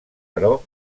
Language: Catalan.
però